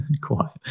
Quiet